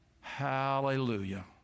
Hallelujah